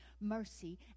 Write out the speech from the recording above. mercy